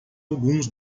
alguns